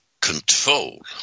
control